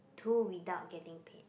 to without getting paid